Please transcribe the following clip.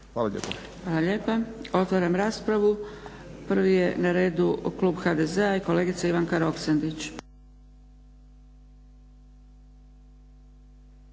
Hvala lijepa. Otvaram raspravu. Prvi je na redu klub HDZ-a i kolegica Ivanka Roksandić.